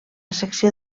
secció